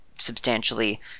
substantially